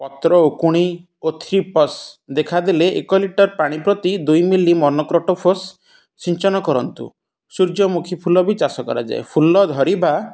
ପତ୍ର ଓକୁଣି ଓ ଥ୍ରୀପସ୍ ଦେଖାଦେଲେ ଏକ ଲିଟର୍ ପାଣି ପ୍ରତି ଦୁଇ ମିଲି ମନୋକ୍ରୋଟୋଫସ୍ ସିଞ୍ଚନ କରନ୍ତୁ ସୂର୍ଯ୍ୟମୁଖୀ ଫୁଲ ବି ଚାଷ କରାଯାଏ ଫୁଲ ଧରିବା